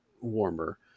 warmer